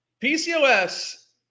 PCOS